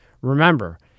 Remember